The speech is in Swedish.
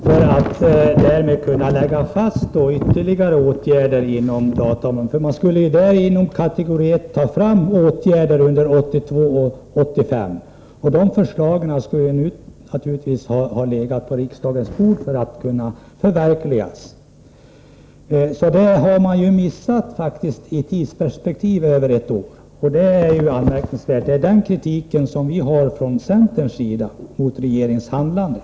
Enligt denna skulle man inom kategori 1 ta fram förslag som kunde leda till åtgärder under tiden 1982-1985, och de förslagen borde naturligtvis nu ha legat på riksdagens bord för att kunna förverkligas. Eftersom detta inte skett har regeringen tidsmässigt missat över ett år, och det är anmärkningsvärt. Det är på den här punkten vi från centerns sida anför kritik mot regeringens handlande.